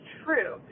true